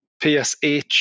PSH